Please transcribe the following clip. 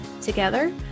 Together